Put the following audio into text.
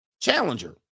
Challenger